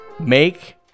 make